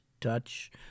touch